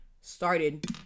started